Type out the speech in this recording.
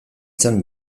zen